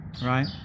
right